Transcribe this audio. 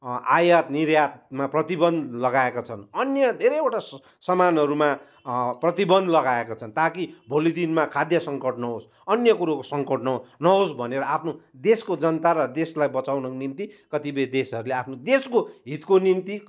आयात निर्यातमा प्रतिबन्ध लगाएका छन् अन्य धेरैवटा सामानहरूमा प्रतिबन्ध लगाएका छन् ताकि भोलि दिनमा खाद्य सङ्कट नहोस् अन्य कुरोको सङ्कट नहो नहोस् भनेर आफ्नो देशको जनता र देशलाई बचाउनको निम्ति कतिपय देशहरूले आफ्नो देशको हितको निम्ति